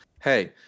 hey